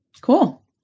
Cool